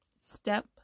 step